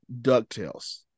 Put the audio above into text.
DuckTales